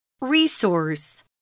Resource